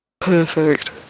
perfect